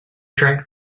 drank